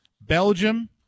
Belgium